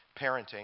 parenting